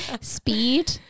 speed